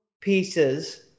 pieces